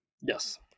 Yes